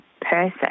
person